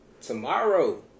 tomorrow